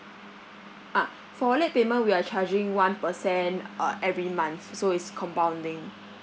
ah for late payment we are charging one percent uh every month so it's compounding